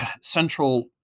central